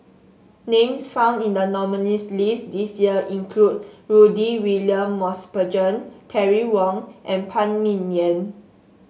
names found in the nominees' list this year include Rudy William Mosbergen Terry Wong and Phan Ming Yen